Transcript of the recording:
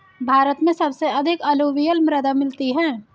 भारत में सबसे अधिक अलूवियल मृदा मिलती है